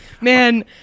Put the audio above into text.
Man